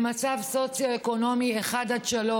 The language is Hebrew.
במצב סוציו-אקונומי 1 3,